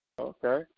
Okay